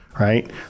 Right